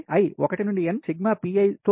i 1 నుండి n సిగ్మాPi తో భాగించనది